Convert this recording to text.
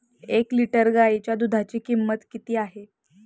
एक लिटर गाईच्या दुधाची किंमत किती आहे?